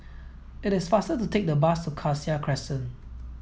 it is faster to take the bus to Cassia Crescent